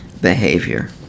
behavior